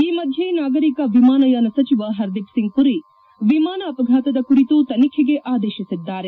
ಈ ಮಧ್ಯೆ ನಾಗರಿಕ ವಿಮಾನಯಾನ ಸಚಿವ ಹರ್ದೀಪ್ ಸಿಂಗ್ ಮರಿ ವಿಮಾನ ಅಪಘಾತದ ಕುರಿತು ತನಿಖೆಗೆ ಆದೇಶಿಸಿದ್ದಾರೆ